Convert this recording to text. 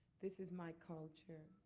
this is my culture.